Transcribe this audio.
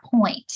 point